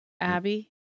Abby